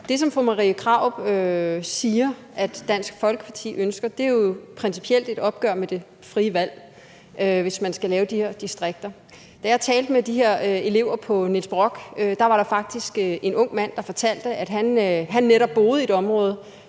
Det, som fru Marie Krarup siger at Dansk Folkeparti ønsker, er jo principielt et opgør med det frie valg, hvis man skal lave de her distrikter. Da jeg talte med eleverne på Niels Brock, var der faktisk en ung mand, der fortalte, at han netop boede i et område